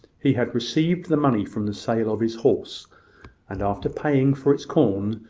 he had received the money from the sale of his horse and after paying for its corn,